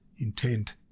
intent